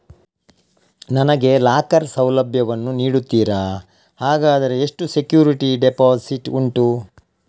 ನನಗೆ ಲಾಕರ್ ಸೌಲಭ್ಯ ವನ್ನು ನೀಡುತ್ತೀರಾ, ಹಾಗಾದರೆ ಎಷ್ಟು ಸೆಕ್ಯೂರಿಟಿ ಡೆಪೋಸಿಟ್ ಉಂಟು?